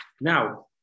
Now